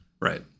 Right